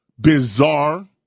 bizarre